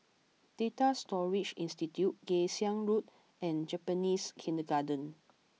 Data Storage Institute Kay Siang Road and Japanese Kindergarten